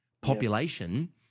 population